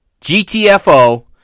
GTFO